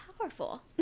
powerful